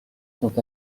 sont